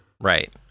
Right